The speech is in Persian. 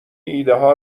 ایدهها